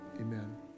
amen